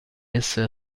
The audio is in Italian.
essere